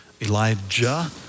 Elijah